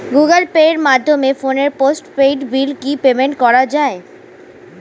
Google পের মাধ্যমে ফোনের পোষ্টপেইড বিল কি পেমেন্ট করা যায়?